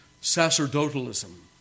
sacerdotalism